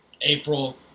April